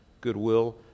goodwill